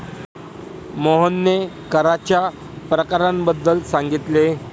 मोहनने कराच्या प्रकारांबद्दल सांगितले